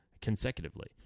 consecutively